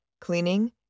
cleaning